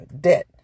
Debt